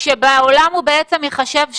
כשבעולם הוא בעצם ייחשב שלילי?